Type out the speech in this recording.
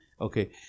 Okay